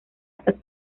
hasta